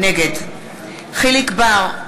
נגד יחיאל חיליק בר,